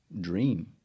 dream